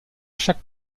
chaque